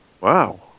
Wow